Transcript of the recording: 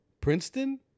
Princeton